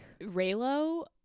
Raylo